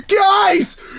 Guys